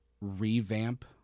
revamp